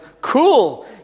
cool